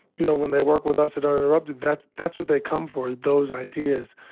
you know, when they work with us at uninterrupted, that's that's what they come for is those ideas,